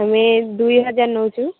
ଆମେ ଦୁଇ ହଜାର୍ ନେଉଛୁ